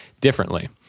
differently